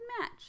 match